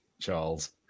Charles